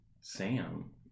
Sam